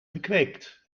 gekweekt